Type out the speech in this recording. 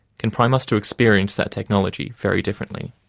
can prime us to experience that technology very differently.